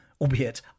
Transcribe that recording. albeit